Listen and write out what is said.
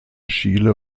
chile